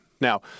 Now